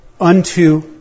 unto